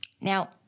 Now